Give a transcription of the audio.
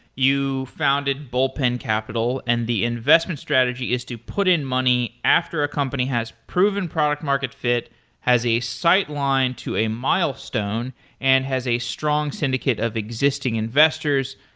you founded bullpen capital, and the investment strategy is to put in money after a company has proven product market fit as a sideline to a milestone and has a strong syndicate of existing investors.